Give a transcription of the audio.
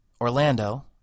Orlando